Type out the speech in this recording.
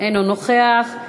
אינו נוכח.